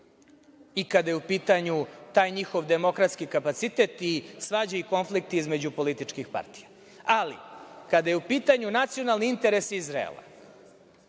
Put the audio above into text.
i kada je u pitanju taj njihov demokratski kapacitet i svađe i konflikti između političkih partija. Ali, kada je u pitanju nacionalni interes Izraela,